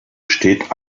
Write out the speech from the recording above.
steht